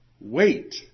wait